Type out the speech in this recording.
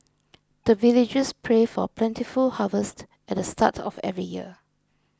the villagers pray for plentiful harvest at the start of every year